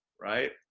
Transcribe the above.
right